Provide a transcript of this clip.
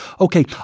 okay